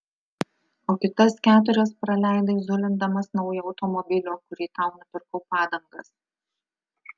o kitas keturias praleidai zulindamas naujo automobilio kurį tau nupirkau padangas